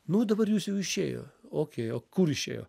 nu dabar jūs jau išėjot okei o kur išėjom